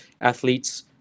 athletes